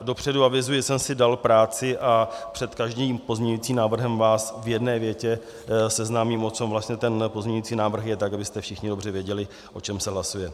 Dopředu avizuji, že jsem si dal práci a před každým pozměňujícím návrhem vás v jedné větě seznámím, o čem vlastně ten pozměňující návrh je, abyste všichni dobře věděli, o čem se hlasuje.